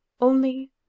Only